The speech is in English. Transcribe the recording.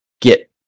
get